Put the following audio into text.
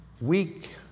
Weak